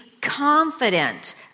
confident